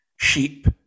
sheep